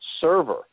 server